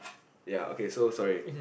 ya okay so sorry